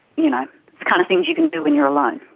you know kind of things you can do when you are alone.